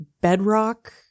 Bedrock